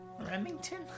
Remington